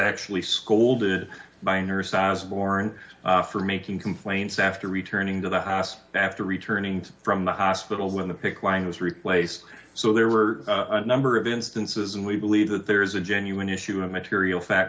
actually scolded by a nurse as warrant for making complaints after returning to the house after returning from the hospital when the pick line was replaced so there were a number of instances and we believe that there is a genuine issue of material fact